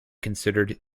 considered